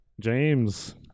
James